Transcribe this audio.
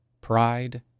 Pride